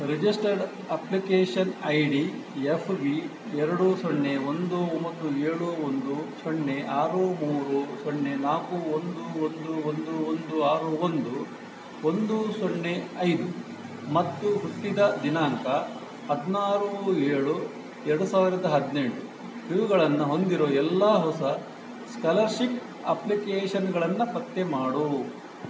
registered application ID F B ಎರಡು ಸೊನ್ನೆ ಒಂದು ಒಂಬತ್ತು ಏಳು ಒಂದು ಸೊನ್ನೆ ಆರು ಮೂರು ಸೊನ್ನೆ ನಾಲ್ಕು ಒಂದು ಒಂದು ಒಂದು ಒಂದು ಆರು ಒಂದು ಒಂದು ಸೊನ್ನೆ ಐದು ಮತ್ತು ಹುಟ್ಟಿದ ದಿನಾಂಕ ಹದಿನಾರು ಏಳು ಎರಡು ಸಾವಿರದ ಹದಿನೆಂಟು ಇವುಗಳನ್ನು ಹೊಂದಿರೋ ಎಲ್ಲ ಹೊಸ ಸ್ಕಲರ್ಷಿಪ್ ಅಪ್ಲಿಕೇಷನ್ಗಳನ್ನು ಪತ್ತೆ ಮಾಡು